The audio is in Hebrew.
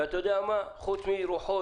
וחוץ מרוחות,